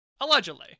allegedly